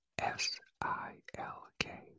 S-I-L-K